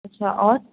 अच्छा और